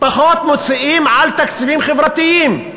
פחות מוציאים על תקציבים חברתיים.